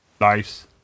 Nice